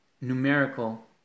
Numerical